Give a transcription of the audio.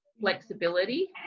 flexibility